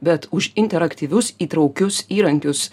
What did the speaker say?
bet už interaktyvius įtraukius įrankius